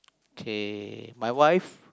K my wife